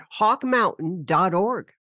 hawkmountain.org